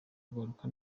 kugaruka